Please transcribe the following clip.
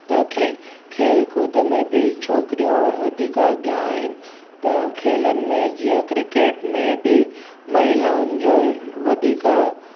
त खेल खेल कूद में बि छोकिरियूं वधीक अॻियां आहिनि त खेलनि में जीअं क्रिकेट में बि महिलाउनि जो वधीक